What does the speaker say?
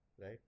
right